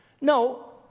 No